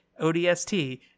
ODST